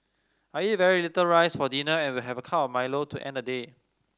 I eat very little rice for dinner and will have a cup milo to end day